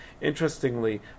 Interestingly